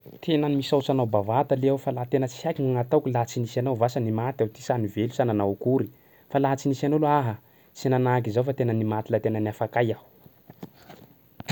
Tena misaotsy anao bavata lihy aho fa la tena tsy haiko gn'ataoko laha tsy nisy anao vasa nimaty aho ty sa nivelo sa nanao akory! Fa laha tsy nisy anao aloha aha! Tsy nanahak'izao fa tena nimaty la tena niafaka ay aho.